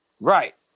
Right